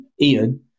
Ian